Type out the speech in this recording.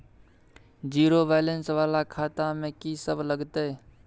Zero balance वाला खाता में की सब लगतै?